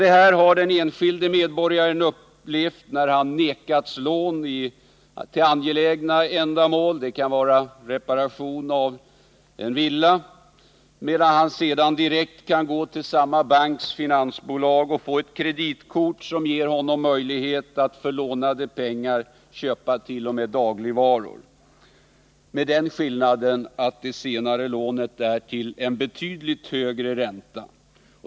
Detta har den enskilde medborgaren upplevt, när han nekats lån till angelägna ändamål, t.ex. för reparation av en villa, medan han sedan direkt kan gå till samma banks finansbolag och få ett kreditkort, som ger honom möjlighet att för lånade pengar köpa t.o.m. dagligvaror — med den skillnaden att det senare lånet är till en betydligt högre ränta.